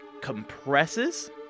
compresses